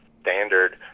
standard